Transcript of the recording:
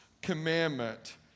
commandment